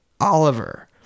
Oliver